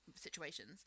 situations